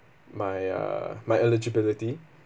my uh my eligibility